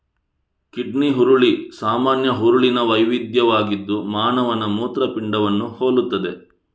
kidney ಹುರುಳಿ ಸಾಮಾನ್ಯ ಹುರುಳಿನ ವೈವಿಧ್ಯವಾಗಿದ್ದು ಮಾನವನ ಮೂತ್ರಪಿಂಡವನ್ನು ಹೋಲುತ್ತದೆ